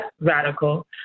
radical